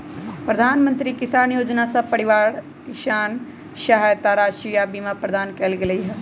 प्रधानमंत्री किसान जोजना में सभ किसान परिवार के सहायता राशि आऽ बीमा प्रदान कएल गेलई ह